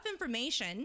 information